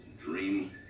dream